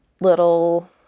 little